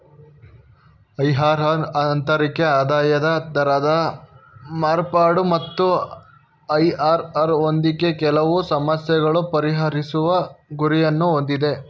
IRR ಆಂತರಿಕ ಆದಾಯದ ದರದ ಮಾರ್ಪಾಡು ಮತ್ತು ಐ.ಆರ್.ಆರ್ ನೊಂದಿಗೆ ಕೆಲವು ಸಮಸ್ಯೆಗಳನ್ನು ಪರಿಹರಿಸುವ ಗುರಿಯನ್ನು ಹೊಂದಿದೆ